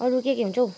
अरू के के हुन्छ हौ